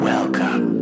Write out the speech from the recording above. Welcome